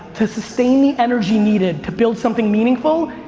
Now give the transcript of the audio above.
to sustain the energy needed to build something meaningful,